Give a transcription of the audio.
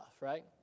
right